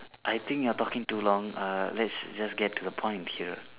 I think you're talking too long uh let's just get to the point in here